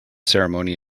ceremony